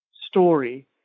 story